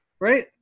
right